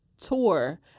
tour